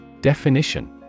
Definition